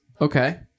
Okay